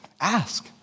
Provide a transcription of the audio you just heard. ask